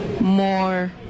more